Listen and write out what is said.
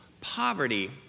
poverty